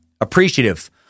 appreciative